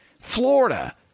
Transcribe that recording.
Florida